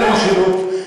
השאלה אם זה שטח אש או לא.